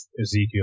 Ezekiel